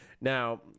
now